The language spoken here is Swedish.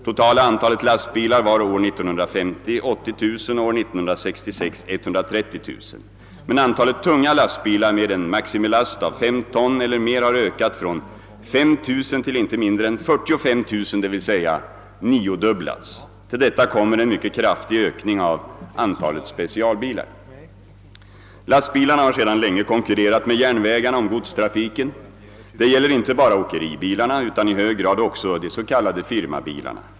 Totala antalet lastbilar var år 1950 80 000 och år 1966 130 000. Men antalet tunga lastbilar — med en maximilast av 5 ton eller mer — har ökat från 5 000 till inte mindre än 45 000, d. v. s. niodubblats. Till detta kommer en mycket kraftig ökning av antalet specialbilar. Lastbilarna har sedan länge konkurrerat med järnvägarna om godstrafiken. Det gäller inte bara åkeribilarna utan i hög grad också de s.k. firmabilarna.